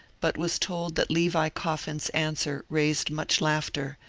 but was told that levi coffin's answer raised much laughter,